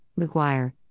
McGuire